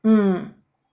mm